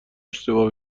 اشتباه